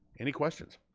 any questions?